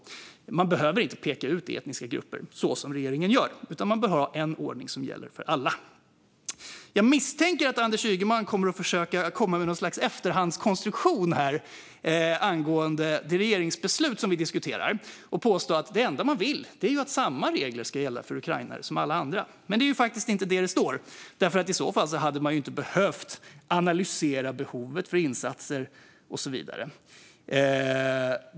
Man behöver inte peka ut etniska grupper så som regeringen gör. Man bör ha en ordning som gäller för alla. Jag misstänker att Anders Ygeman kommer att försöka komma med något slags efterhandskonstruktion angående det regeringsbeslut som vi diskuterar och påstå att det enda man vill är att samma regler ska gälla för ukrainare som för alla andra. Men det är faktiskt inte detta det står. I så fall hade man ju inte behövt analysera behovet av insatser och så vidare.